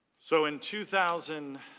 so in two thousand